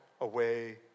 away